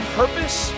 purpose